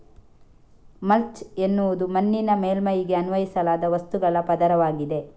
mulch ಎನ್ನುವುದು ಮಣ್ಣಿನ ಮೇಲ್ಮೈಗೆ ಅನ್ವಯಿಸಲಾದ ವಸ್ತುಗಳ ಪದರವಾಗಿದೆ